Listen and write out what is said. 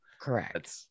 Correct